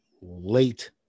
Late